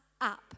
up